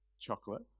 chocolate